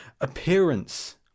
appearance